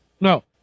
No